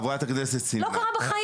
חברת הכנסת סילמן --- לא קרה בחיים.